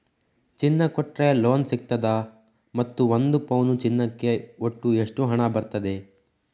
ಚಿನ್ನ ಕೊಟ್ರೆ ಲೋನ್ ಸಿಗ್ತದಾ ಮತ್ತು ಒಂದು ಪೌನು ಚಿನ್ನಕ್ಕೆ ಒಟ್ಟು ಎಷ್ಟು ಹಣ ಬರ್ತದೆ?